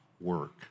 work